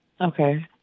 okay